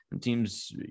teams